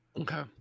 Okay